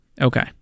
Okay